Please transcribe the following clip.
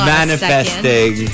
manifesting